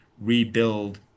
rebuild